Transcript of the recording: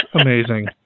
amazing